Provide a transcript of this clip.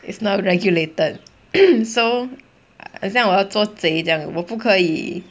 it's not regulated so 很像我要做贼这样我不可以